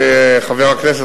אדוני חבר הכנסת,